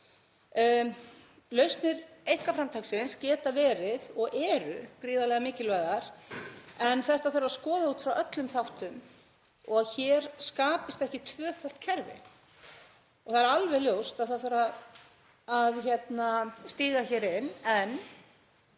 Lausnir einkaframtaksins geta verið og eru gríðarlega mikilvægar en þetta þarf að skoða út frá öllum þáttum og að hér skapist ekki tvöfalt kerfi. Það er alveg ljóst að það þarf að stíga hér inn.